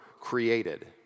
created